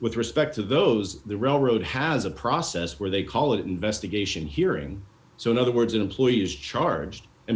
with respect to those the railroad has a process where they call it investigation hearing so in other words an employee is charged and